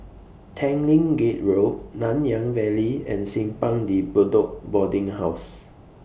Tanglin Gate Road Nanyang Valley and Simpang De Bedok Boarding House